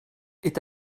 est